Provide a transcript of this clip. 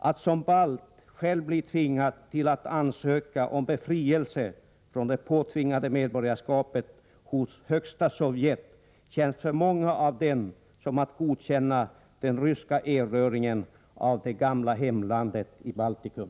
Att som balt själv bli tvingad till att ansöka om befrielse från det påtvingade medborgarskapet hos Högsta sovjet känns för många av dessa människor som att godkänna den ryska erövringen av det gamla hemlandet i Baltikum.